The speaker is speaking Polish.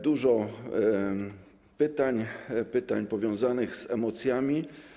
Dużo pytań, pytań powiązanych z emocjami.